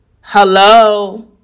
Hello